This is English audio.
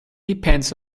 depends